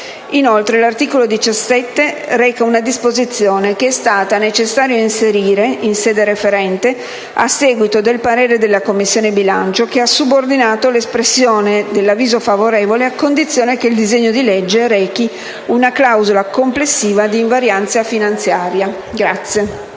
Inoltre, l'articolo 17 reca una disposizione che è stato necessario inserire in sede referente, a seguito del parere della Commissione bilancio, che ha subordinato l'espressione dell'avviso favorevole a condizione che il disegno di legge recasse una clausola complessiva di invarianza finanziaria.